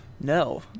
No